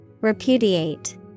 Repudiate